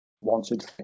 wanted